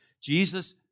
Jesus